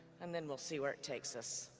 um then we'll see where it takes us.